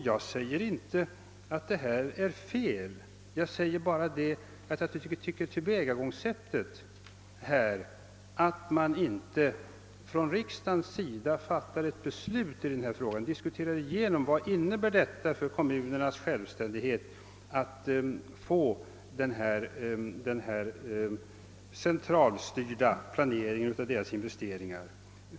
Jag påstår inte att detta är fel; jag säger bara att jag finner tillvägagångssättet egendomligt, när riksdagen inte ges tillfälle att diskutera igenom vad det innebär för kommunernas självständighet, att de får denna centralstyrda planering av sina investeringar.